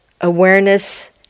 awareness